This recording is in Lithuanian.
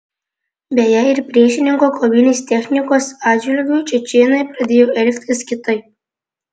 beje ir priešininko kovinės technikos atžvilgiu čečėnai pradėjo elgtis kitaip